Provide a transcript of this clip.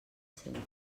centre